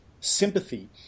sympathy